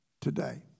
today